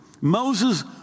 Moses